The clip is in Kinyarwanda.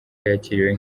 yakiriwe